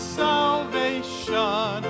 salvation